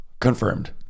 confirmed